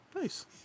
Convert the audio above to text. Nice